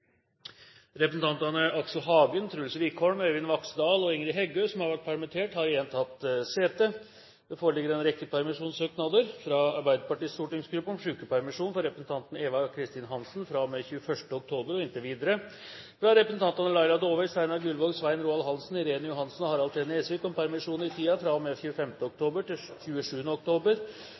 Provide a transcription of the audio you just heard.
Representantene Aksel Hagen, Truls Wickholm, Øyvind Vaksdal og Ingrid Heggø, som har vært permittert, har igjen tatt sete. Det foreligger en rekke permisjonssøknader: fra Arbeiderpartiets stortingsgruppe om sykepermisjon for representanten Eva Kristin Hansen fra og med 21. oktober og inntil videre fra representantene Laila Dåvøy, Steinar Gullvåg, Svein Roald Hansen, Irene Johansen og Harald T. Nesvik om permisjon i tiden fra og med 25. oktober til og med 27. oktober